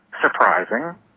surprising